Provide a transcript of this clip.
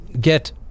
get